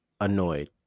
annoyed